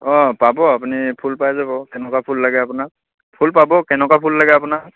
অঁ পাব আপুনি ফুল পাই যাব কেনেকুৱা ফুল লাগে আপোনাক ফুল পাব কেনেকুৱা ফুল লাগে আপোনাক